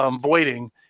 voiding